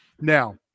Now